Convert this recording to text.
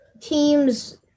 teams –